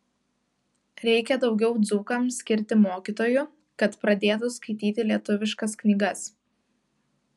reikia daugiau dzūkams skirti mokytojų kad pradėtų skaityti lietuviškas knygas